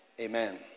amen